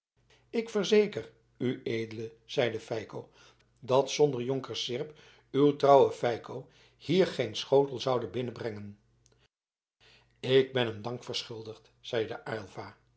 ik verzeker ued zeide feiko dat zonder jonker seerp uw trouwe feiko hier geen schotel zoude binnenbrengen ik ben hem dank verschuldigd zeide